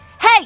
Hey